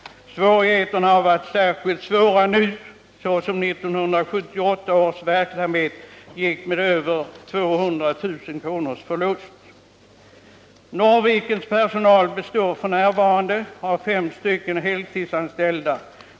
Svårigheterna har varit särskilt stora nu, eftersom 1978 års verksamhet gick med över 200 000 kr. i förlust. Norrvikens personal består f.n. av fem heltidsanställda.